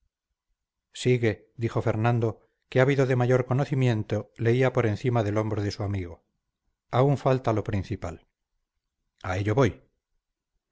sigue dijo fernando que ávido de mayor conocimiento leía por encima del hombro de su amigo aún falta lo principal a ello voy